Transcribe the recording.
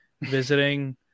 visiting